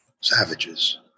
savages